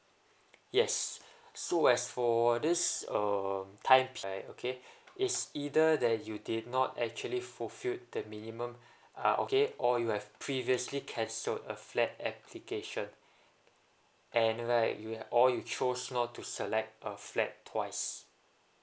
yes so as for this um times right okay it's either that you did not actually fulfilled the minimum ah okay or you have previously cancelled a flat application and like you or you chose not to select a flat twice